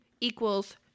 equals